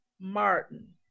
Martin